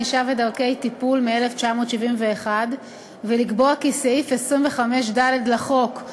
ענישה ודרכי טיפול) מ-1971 ולקבוע כי סעיף 25(ד) לחוק,